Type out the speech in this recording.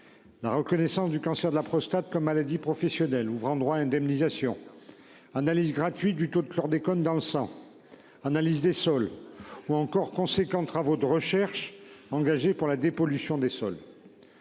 La reconnaissance du cancer de la prostate comme maladie professionnelle ouvrant droit à indemnisation. Analyse gratuit du taux de chlordécone dans le sang. Analyse des sols ou encore conséquent de travaux de recherche engagés pour la dépollution des sols.